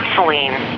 Celine